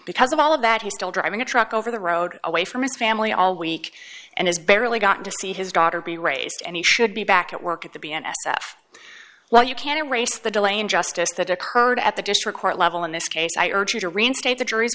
because of all of that he still driving a truck over the road away from his family all week and has barely got to see his daughter be raised and he should be back at work at the b n s f well you can't erase the delay in justice that occurred at the district court level in this case i urge you to reinstate the jury's